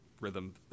rhythm